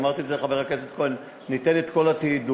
אמרתי את זה לחבר הכנסת כהן, ניתן את כל התעדוף.